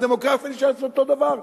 והדמוגרפיה נשארת אותו הדבר.